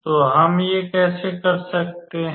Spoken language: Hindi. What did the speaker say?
तो हम ये कैसे कर सकते हैं